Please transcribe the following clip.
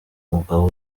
umugabo